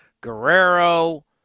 Guerrero